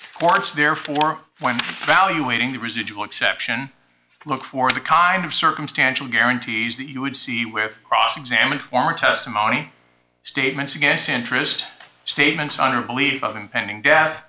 its therefore when valuating the residual exception look for the kind of circumstantial guarantees that you would see with cross examine former testimony statements against interest statements under a belief of impending death